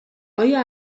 آیا